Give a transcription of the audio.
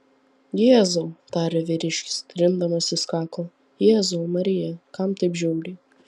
jėzau tarė vyriškis trindamasis kaklą jėzau marija kam taip žiauriai